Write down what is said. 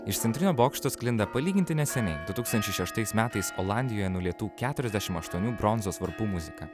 iš centrinio bokšto sklinda palyginti neseniai du tūkstančiai šeštais metais olandijoje nulietų keturiasdešim aštuonių bronzos varpų muzika